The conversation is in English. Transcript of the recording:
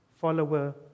follower